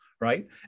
right